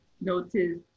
notice